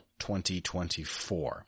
2024